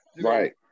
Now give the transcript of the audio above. Right